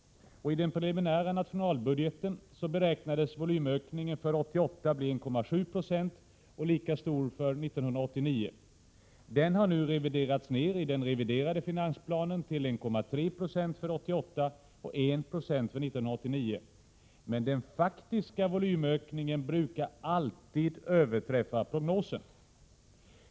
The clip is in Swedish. I den preliminära nationalbudgeten beräknades volymökningen för 1988 bli 1,7 96 och lika stor för 1989. Den har nu i den reviderade finansplanen beräknats till 1,3 96 för 1988 och 1 96 för 1989. Den faktiska volymökningen brukar emellertid alltid överträffa prognosen.